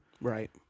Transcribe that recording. right